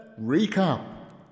Recap